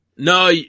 No